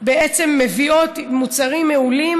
מביאות מוצרים מעולים,